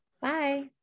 Bye